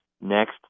next